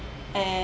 and